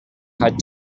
had